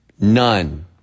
None